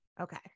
Okay